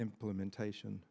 implementation